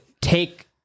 take